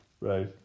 Right